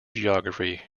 geography